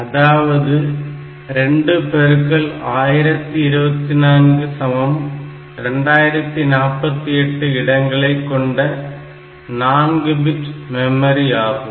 அதாவது 21024 2048 இடங்களைக் கொண்ட 4 பிட் மெமரி ஆகும்